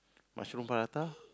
mushroom prata